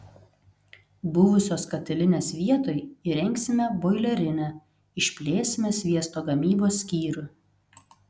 buvusios katilinės vietoj įrengsime boilerinę išplėsime sviesto gamybos skyrių